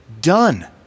done